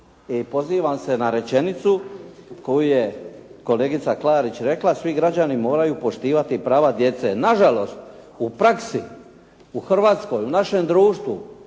pozivam se na rečenicu koju je kolegica Klarić rekla, svi građani moraju poštivati prava djece. Na žalost, u praksi u Hrvatskoj, u našem društvu